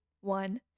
one